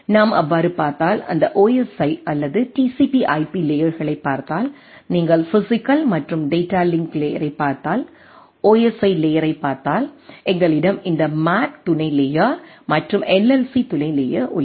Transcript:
நாம் அவ்வாறு பார்த்தால் அந்த ஓஎஸ்ஐ அல்லது டிசிபிஐபிTCPIP லேயர்களைப் பார்த்தால் நீங்கள் பிஸிக்கல் மற்றும் டேட்டா லிங்க் லேயரைப் பார்த்தால் ஓஎஸ்ஐ லேயரைப் பார்த்தால் எங்களிடம் இந்த மேக் துணை லேயர் மற்றும் எல்எல்சி துணை லேயர் உள்ளது